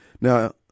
Now